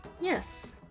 Yes